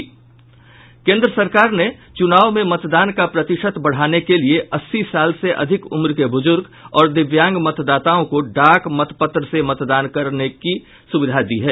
केंद्र सरकार ने चुनाव में मतदान का प्रतिशत बढ़ाने के लिये अस्सी साल से अधिक उम्र के बुजुर्ग और दिव्यांग मतदाताओं को डाक मत पत्र से मतदान करने की सुविधा दी है